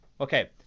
okay